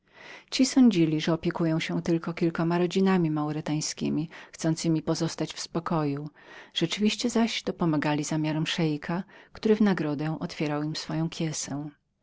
ci mniemali że opiekują się tylko kilkoma rodzinami maurytańskiemi chcącemi pozostać w spokoju rzeczywiście zaś dopomagali zamiarom szeika który w nadgrodę otwierał im swoją kiesę